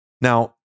Now